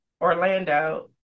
Orlando